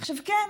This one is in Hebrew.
עכשיו, כן,